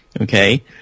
Okay